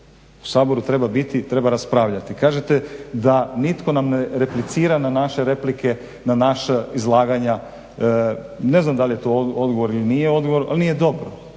U Saboru treba biti i treba raspravljati. Kažeta da nam nitko ne replicira na naše replike na naša izlaganja. Ne znam da li je to odgovor ili nije odgovor ali nije dobro